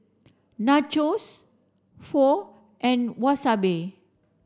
Nachos Pho and Wasabi